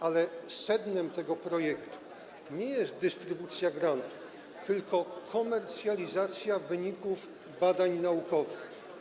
Ale sednem tego projektu nie jest dystrybucja grantów, tylko komercjalizacja wyników badań naukowych.